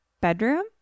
bedroom